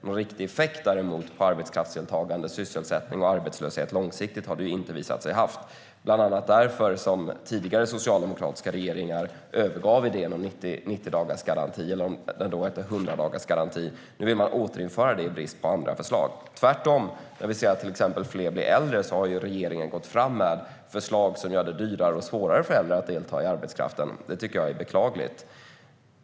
Någon riktig effekt på arbetskraftsdeltagande, sysselsättning och arbetslöshet långsiktigt har det däremot inte visat sig ha. Det var bland annat därför som tidigare socialdemokratiska regeringar övergav idén om 90-dagarsgaranti, eller 100-dagarsgaranti som den då hette. Nu vill man återinföra den i brist på andra förslag. Nu när vi har allt fler äldre har regeringen börjat gå fram med förslag som gör det dyrare för äldre att delta i arbetskraften. Det tycker jag är beklagligt.